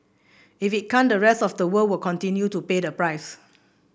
if it can't the rest of the world will continue to pay the price